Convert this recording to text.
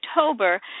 October